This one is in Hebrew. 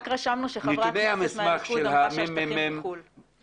רשמנו שחברת כנסת מהליכוד אמרה שהשטחים הם חוץ לארץ.